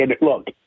look